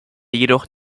jedoch